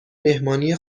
مهمانی